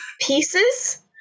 pieces